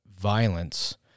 violence